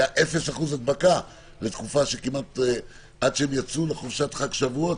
היה 0% הדבקה בתקופה שעד שיצאו לוח חופשת חג שבועות,